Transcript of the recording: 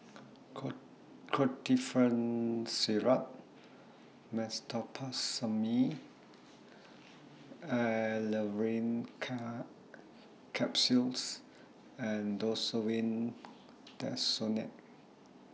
Ketotifen Syrup Meteospasmyl Alverine Capsules and Desowen Desonide